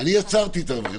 יצרתי את הרווחים.